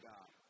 God